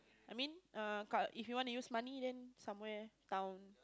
I mean err crowd if you wanna use money then somewhere town